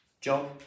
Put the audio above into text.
Job